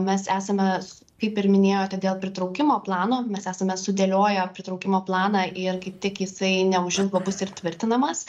mes esame kaip ir minėjote dėl pritraukimo plano mes esame sudėlioję pritraukimo planą ir kaip tik jisai neužilgo bus ir tvirtinamas